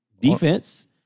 defense